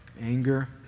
anger